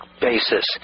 basis